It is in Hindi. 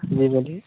जी बोलिए